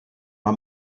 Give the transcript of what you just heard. our